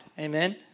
Amen